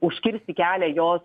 užkirsti kelią jos